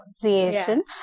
creation